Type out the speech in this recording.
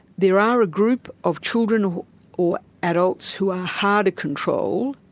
there are a group of children or adults who are hard to control,